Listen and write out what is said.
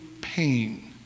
pain